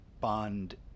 Bond